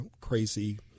crazy